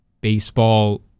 baseball